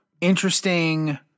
interesting